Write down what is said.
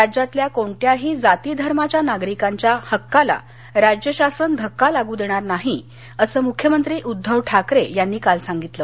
राज्यातल्या कोणत्याही जाती धर्माच्या नागरिकांच्या हक्काला राज्य शासन धक्का लागू देणार नाही असं मुख्यमंत्री उद्धव ठाकरे यांनी काल सांगितलं